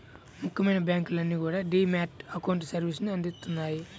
ముఖ్యమైన బ్యాంకులన్నీ కూడా డీ మ్యాట్ అకౌంట్ సర్వీసుని అందిత్తన్నాయి